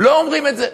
לא אומרים את זה.